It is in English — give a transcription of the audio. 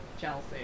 Chelsea